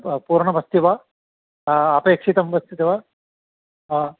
पूर्णमस्ति वा अपेक्षितम् वर्तते वा हा